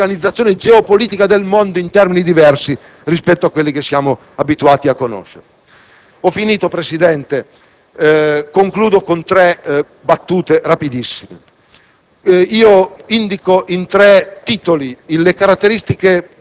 mondiali che, attraverso il Mediterraneo, ricollocano l'organizzazione geopolitica del mondo in termini diversi rispetto a quelli che siamo abituati a conoscere. Concludo con tre rapidissime